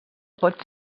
pot